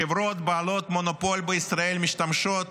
חברות בעלות מונופול בישראל משתמשות